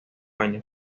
año